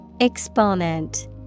Exponent